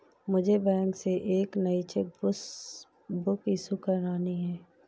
मुझे बैंक से एक नई चेक बुक इशू करानी है